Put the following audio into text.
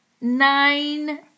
Nine